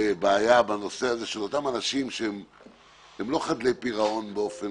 בעיה עם אותם אנשים שהם לא חדלי פירעון באופן